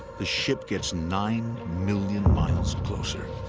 the ship gets nine million miles closer.